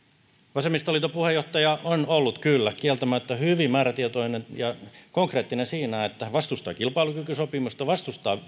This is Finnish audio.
vasemmistoliiton puheenjohtaja on ollut kyllä kieltämättä hyvin määrätietoinen ja konkreettinen siinä että vastustaa kilpailukykysopimusta vastustaa